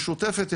משותפת,